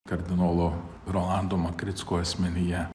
kardinolo rolando makricko asmenyje